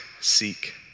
Seek